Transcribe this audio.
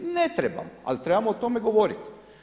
Ne trebamo, ali trebamo o tome govoriti.